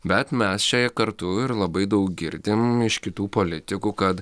bet mes čia kartu ir labai daug girdim iš kitų politikų kad